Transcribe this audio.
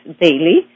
daily